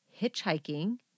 hitchhiking